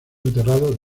enterrado